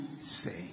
say